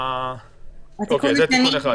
זה תיקון אחד.